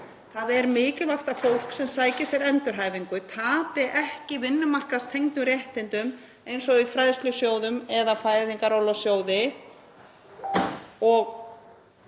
Það er mikilvægt að fólk sem sækir sér endurhæfingu tapi ekki vinnumarkaðstengdum réttindum eins og í fræðslusjóðum eða Fæðingarorlofssjóði.